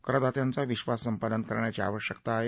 करदात्यांचा विश्वास संपादन करण्याची आवश्यकता आहे